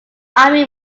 army